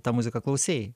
tą muziką klausei